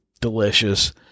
delicious